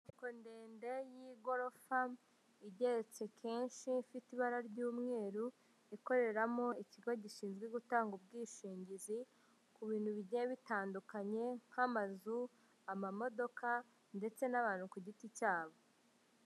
Inyubako ndende y'igorofa igeretse kenshi ifite ibara ry'umweru, ikoreramo ikigo gishinzwe gutanga ubwishingizi ku bintu bigiye bitandukanye nk'amazu, amamodoka ndetse n'abantu ku giti cyabo.